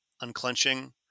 unclenching